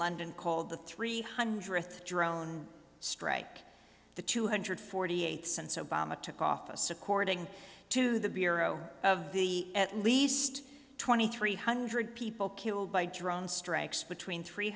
london called the three hundred thrown strike the two hundred forty eight since obama took office according to the bureau of the at least twenty three hundred people killed by drone strikes between three